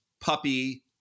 puppy